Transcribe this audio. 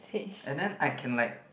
and then I can like